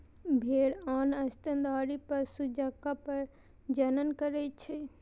भेड़ आन स्तनधारी पशु जकां प्रजनन करै छै